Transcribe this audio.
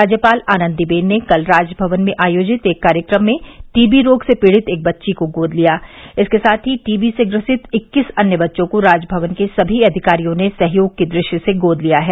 राज्यपाल आनंदी बेन ने कल राजमवन में आयोजित एक कार्यक्रम में टीबी रोग से पीड़ित एक बच्ची को गोद लिया इसके साथ ही टीबी से ग्रसित इक्कीस अन्य बच्चों को राजमवन के समी अधिकारियों ने सहयोग की दृष्टि से गोद लिया है